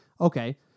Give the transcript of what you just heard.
Okay